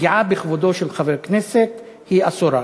פגיעה בכבודו של חבר כנסת היא אסורה.